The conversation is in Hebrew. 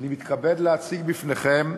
נכבדה, אני מתכבד להציג בפניכם,